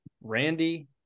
Randy